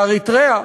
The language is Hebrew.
באריתריאה,